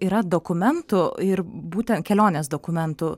yra dokumentų ir būtent kelionės dokumentų